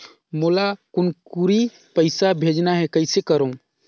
मोला कुनकुरी पइसा भेजना हैं, कइसे करो?